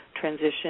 transition